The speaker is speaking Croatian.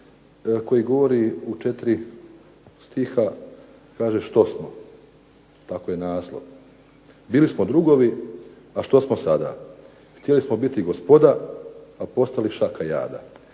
koji govori u 4 stiha kaže "Što smo" tako je naslov. "Bili smo drugovi, a što smo sada? Htjeli smo biti gospoda, a postali šaka jada."